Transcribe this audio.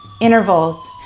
intervals